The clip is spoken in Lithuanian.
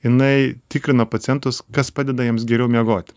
jinai tikrina pacientus kas padeda jiems geriau miegoti